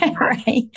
Right